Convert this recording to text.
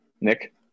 Nick